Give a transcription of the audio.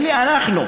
אלה אנחנו,